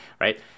Right